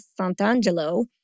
Sant'Angelo